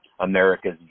America's